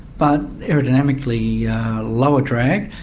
but aerodynamically lower drag,